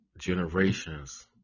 generations